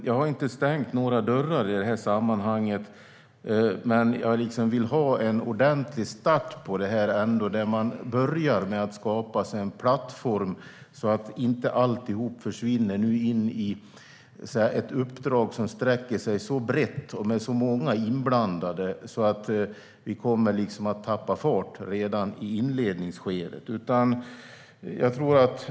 Jag har inte stängt några dörrar, men jag vill ha en ordentlig start på det, där man börjar med att skapa en plattform, så att inte alltihop försvinner in i ett uppdrag som sträcker sig så brett och har så många inblandade att vi tappar fart redan i inledningsskedet.